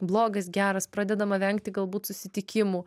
blogas geras pradedama vengti galbūt susitikimų